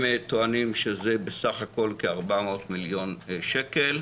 הם טוענים שזה בסך הכול כ-400 מיליון שקל,